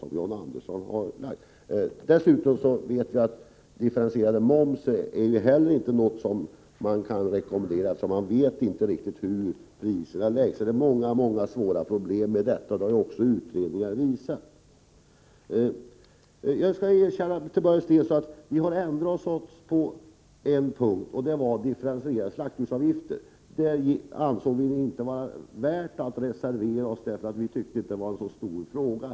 Vi vet även att differentierad moms inte är något att rekommendera, eftersom man inte vet riktigt hur priserna sätts. Det är många och svåra problem med detta. Det har också utredningar visat. Jag skall, Börje Stensson, erkänna att vi ändrade oss på en punkt. Det gällde differentierade slakthusavgifter. Vi ansåg inte att det var värt att reservera oss, eftersom vi inte tyckte att det var en så stor fråga.